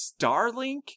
Starlink